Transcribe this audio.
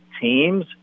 teams